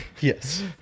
Yes